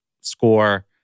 score